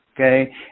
okay